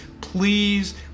please